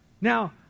Now